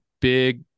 big